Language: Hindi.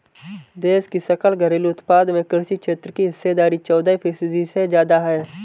देश की सकल घरेलू उत्पाद में कृषि क्षेत्र की हिस्सेदारी चौदह फीसदी से ज्यादा है